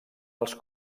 els